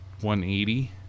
180